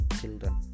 children